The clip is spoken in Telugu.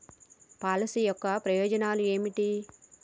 పాలసీ యొక్క ప్రయోజనాలు ఏమిటి?